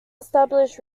established